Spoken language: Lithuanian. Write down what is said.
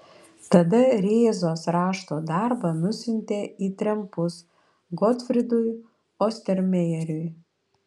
tada rėzos rašto darbą nusiuntė į trempus gotfrydui ostermejeriui